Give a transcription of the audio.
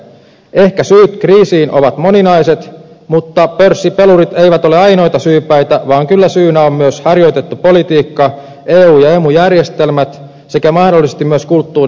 ehkä syyt kriisiin ovat moninaiset mutta pörssipelurit eivät ole ainoita syypäitä vaan kyllä syynä on myös harjoitettu politiikka eu ja emu järjestelmät sekä mahdollisesti myös kulttuuriset tekijät